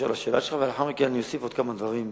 ולאחר מכן אוסיף עוד כמה דברים בעניין.